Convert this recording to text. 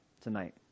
tonight